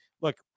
look